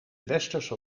westerse